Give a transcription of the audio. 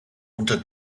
unter